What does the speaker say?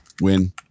Win